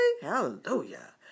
hallelujah